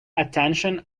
attention